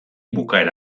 bukaera